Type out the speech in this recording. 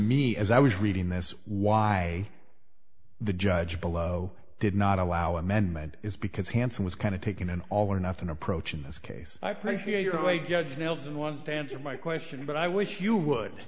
me as i was reading this why the judge below did not allow amendment is because hansen was kind of taking an all or nothing approach in this case i feel your way judge nelson was the answer my question but i wish you would